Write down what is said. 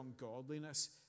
ungodliness